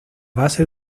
base